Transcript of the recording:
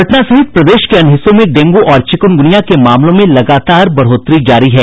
पटना सहित प्रदेश के अन्य हिस्सों में डेंगू और चिकुनगुनिया के मामलों में लगातार बढोत्तरी जारी है